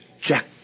Jack